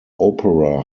opera